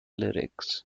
lyrics